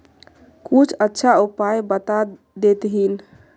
कुछ अच्छा उपाय बता देतहिन?